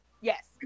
yes